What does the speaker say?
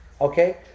Okay